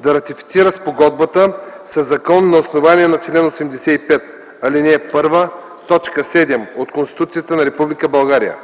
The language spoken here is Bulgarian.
да ратифицира спогодбата със закон на основание чл. 85, ал. 1, т. 7 от Конституцията на